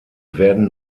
werden